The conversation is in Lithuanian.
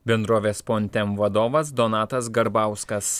bendrovės pontem vadovas donatas garbauskas